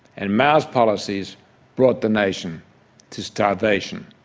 and mao's policies brought the nation to starvation,